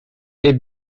est